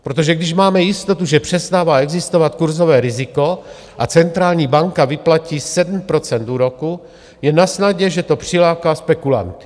Protože když máme jistotu, že přestává existovat kurzové riziko a centrální banka vyplatí 7 % úroku, je nasnadě, že to přiláká spekulanty.